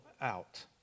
out